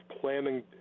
planning